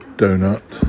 donut